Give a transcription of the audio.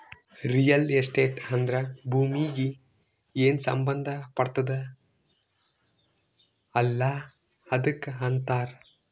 real estate ಅಂದ್ರ ಭೂಮೀಗಿ ಏನ್ ಸಂಬಂಧ ಪಡ್ತುದ್ ಅಲ್ಲಾ ಅದಕ್ ಅಂತಾರ್